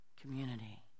community